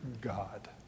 God